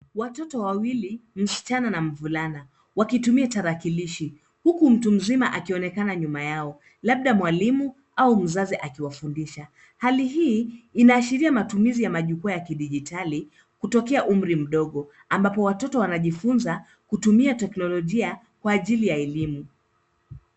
Watoto wawili, msichana na mvulana, wakitumia tarakilishi huku mtu mzima akionekana nyuma yao, labda mwalimu au mzazi akiwafundisha. Hali hii inaashiria matumizi ya majukwaa ya kidijitali kutokea umri mdogo, ambapo watoto wanajifunza kutumia teknolojia kwa ajili ya elimu.